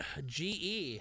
GE